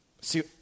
see